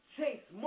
Chase